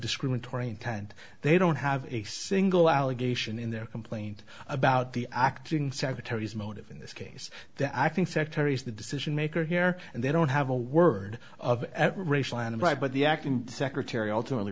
discriminatory intent they don't have a single allegation in their complaint about the acting secretary's motive in this case that i think secretaries the decision maker here and they don't have a word of racial and right but the acting secretary ultimately